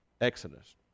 exodus